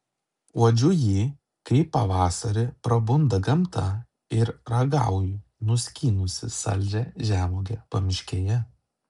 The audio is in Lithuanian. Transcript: uodžiu jį kai pavasarį prabunda gamta ir ragauju nuskynusi saldžią žemuogę pamiškėje